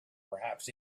perhaps